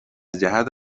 جهت